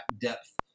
depth